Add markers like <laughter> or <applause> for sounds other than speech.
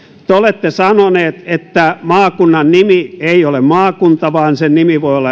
te olette sanonut että maakunnan nimi ei ole maakunta vaan sen nimi voi olla <unintelligible>